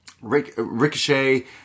Ricochet